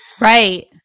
Right